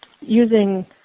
using